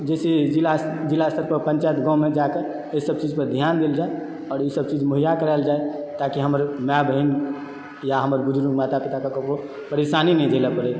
जैसे जिला जिला स्तर पर पंचायत गाँवमे जाइके एहिसभ चीज पर ध्यान देल जाय आओर ईसभ चीज मुहैया करायल जाए ताकि हमर माय बहिन या हमर बुजुर्ग माता पिताकऽ ककरो परेशानी नहि झेलए परै